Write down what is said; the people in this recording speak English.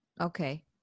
Okay